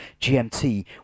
GMT